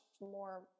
more